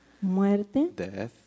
muerte